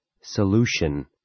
Solution